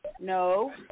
no